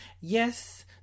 yes